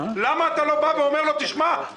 למה אתה לא בא ואומר לו: שמע,